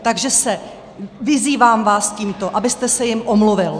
Takže vás vyzývám tímto, abyste se jim omluvil!